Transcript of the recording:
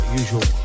usual